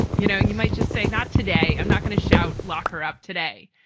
you know, you might just say not today. i'm not going to shout lock her up today.